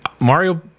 Mario